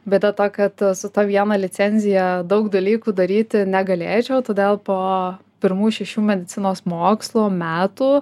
bėda ta kad su ta viena licenzija daug dalykų daryti negalėčiau todėl po pirmųjų šešių medicinos mokslo metų